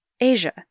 Asia